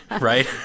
right